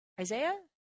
Isaiah